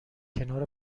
کنار